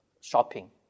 shopping